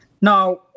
Now